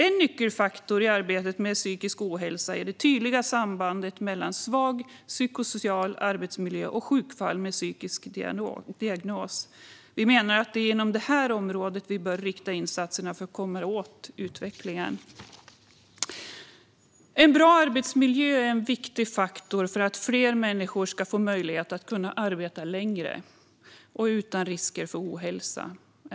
En nyckelfaktor i arbetet med psykisk ohälsa är det tydliga sambandet mellan svag psykosocial arbetsmiljö och sjukfall med psykisk diagnos. Vi menar att det är inom detta område vi bör rikta insatserna för att komma åt utvecklingen. En bra arbetsmiljö är en viktig faktor för att fler människor ska få möjlighet att arbeta längre utan risker för ohälsa.